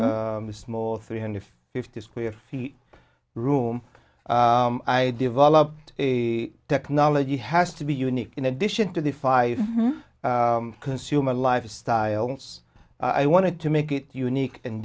a small three hundred fifty square feet room i developed a technology has to be unique in addition to the five consumer lifestyles i wanted to make it unique and